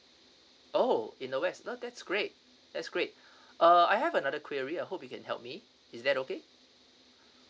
oh in the west ah that's great that's great uh I have another query I hope you can help me is that okay